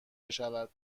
بشود